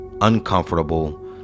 uncomfortable